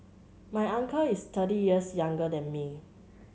my uncle is thirty years younger than me